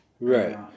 Right